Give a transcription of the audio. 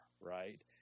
right